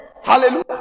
hallelujah